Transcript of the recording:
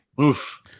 oof